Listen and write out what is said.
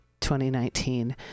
2019